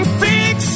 fix